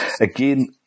again